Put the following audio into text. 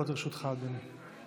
עשר דקות לרשותך, אדוני.